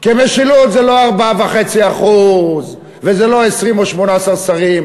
כי משילות זה לא 4.5% וזה לא 20 או 18 שרים.